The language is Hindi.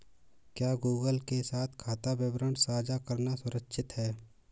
क्या गूगल के साथ खाता विवरण साझा करना सुरक्षित है?